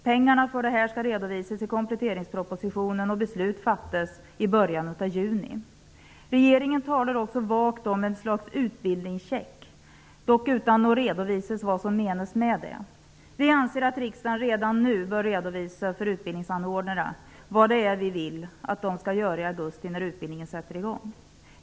Pengarna för detta skall redovisas i kompletteringspropositionen, och beslut fattas i början av juni. Regeringen talar också vagt om ett slags utbildningscheck, dock utan att redovisa vad som menas med en sådan. Vi anser att riksdagen redan nu bör redovisa för utbildningsanordnarna vad vi vill att de skall göra i augusti när utbildningen sätter i gång.